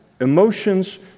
Emotions